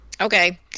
okay